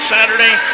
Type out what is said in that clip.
Saturday